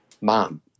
Mom